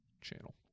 Channel